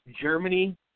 Germany